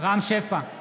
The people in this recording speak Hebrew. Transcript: רם שפע,